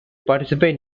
participant